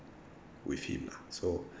with him lah so